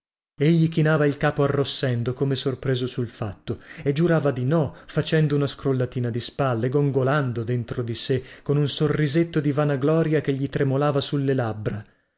egli chinava il capo arrossendo come sorpreso sul fatto e giurava di no facendo una scrollatina di spalle gongolando dentro di sè con un sorrisetto di vanagloria che gli tremolava sulle labbra